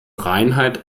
reinheit